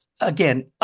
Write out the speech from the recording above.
again